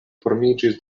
formiĝis